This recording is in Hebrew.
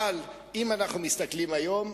אבל אם אנחנו מסתכלים היום,